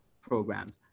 programs